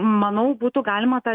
manau būtų galima tą